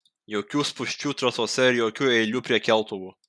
jokių spūsčių trasose ir jokių eilių prie keltuvų